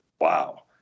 wow